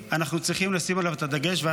אבל אנחנו צריכים לשים את הדגש על הנושא החברתי,